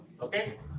okay